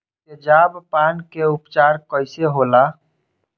तेजाब पान के उपचार कईसे होला?